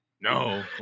No